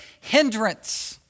hindrance